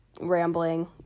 rambling